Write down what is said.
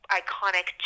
iconic